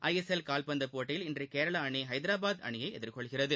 ஐ S L கால்பந்து போட்டியில் கேரள அணி இன்று ஹைதராபாத் அணியை எதிர்கொள்கிறது